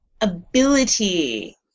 ability